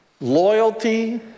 loyalty